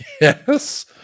Yes